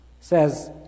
says